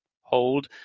hold